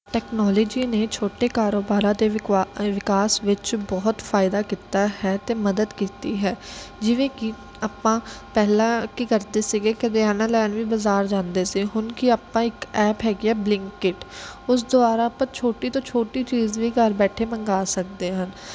technology ਨੇ ਛੋਟੇ ਕਾਰੋਬਾਰਾਂ ਦੇ ਵਿਕੋ ਵਿਕਾਸ ਵਿੱਚ ਬਹੁਤ ਫਾਇਦਾ ਕੀਤਾ ਹੈ ਅਤੇ ਮਦਦ ਕੀਤੀ ਹੈ ਜਿਵੇਂ ਕਿ ਆਪਾਂ ਪਹਿਲਾਂ ਕੀ ਕਰਦੇ ਸੀਗੇ ਕਰਿਆਨਾ ਲੈਣ ਵੀ ਬਾਜ਼ਾਰ ਜਾਂਦੇ ਸੀ ਹੁਣ ਕੀ ਆਪਾਂ ਇੱਕ ਐਪ ਹੈਗੀ ਹੈ ਆ ਬਲਿੰਕਇਟ ਉਸ ਦੁਆਰਾ ਆਪਾਂ ਛੋਟੀ ਤੋਂ ਛੋਟੀ ਚੀਜ਼ ਵੀ ਘਰ ਬੈਠੇ ਮੰਗਵਾ ਸਕਦੇ ਹਨ